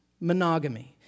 Monogamy